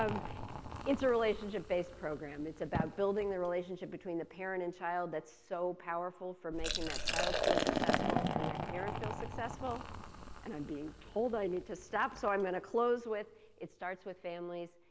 um it's a relationship-based program. it's about building the relationship between the parent and child that's so powerful for making that child feel successful and that parent feel successful and i'm being told i need to stop so i'm going to close with it's starts with families,